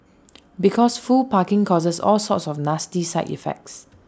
because full parking causes all sorts of nasty side effects